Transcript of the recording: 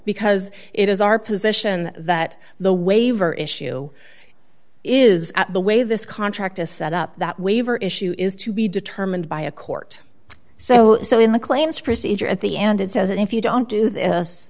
because it is our position that the waiver issue is the way this contract is set up that waiver issue is to be determined by a court so so in the claims procedure at the end it says if you don't